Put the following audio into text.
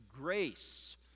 grace